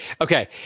Okay